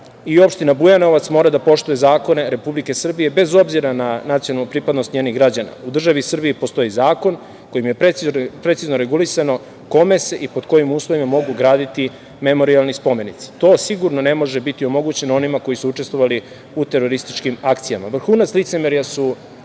i opština Bujanovac mora da poštuje zakone Republike Srbije, bez obzira na nacionalnu pripadnost njenih građana. U državi Srbiji postoji zakon kojim je precizno regulisano kome se i pod kojim uslovima mogu graditi memorijalni spomenici. To sigurno ne može biti omogućeno onima koji su učestvovali u terorističkim akcijama. Vrhunac licemerja su